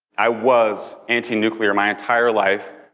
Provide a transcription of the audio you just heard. i was anti-nuclear my entire life.